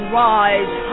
rise